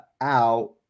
out